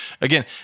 Again